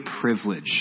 privilege